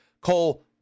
Cole